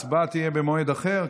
הצבעה תהיה במועד אחר.